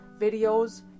videos